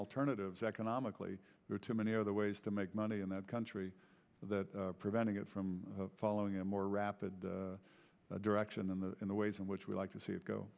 alternatives economically there are too many other ways to make money in that country that preventing it from following a more rapid direction in the in the ways in which we like to see it go